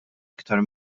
iktar